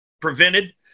prevented